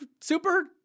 super